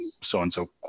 so-and-so